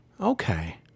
Okay